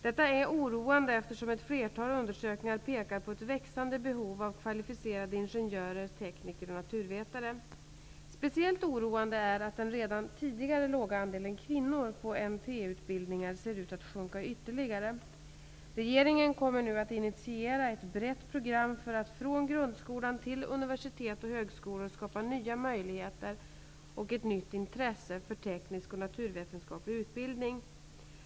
Detta är oroande eftersom ett flertal undersökningar pekar på ett växande behov av kvalificerade ingenjörer, tekniker och naturvetare. Speciellt oroande är det att den redan tidigare lilla andelen kvinnor på naturvetenskapliga och tekniska utbildningar ser ut att minska ytterligare. Regeringen kommer nu att initiera ett brett program för att från grundskolan till universitet och högskolor skapa möjligheter till och ett nytt intresse för teknisk och naturvetenskaplig utbildning.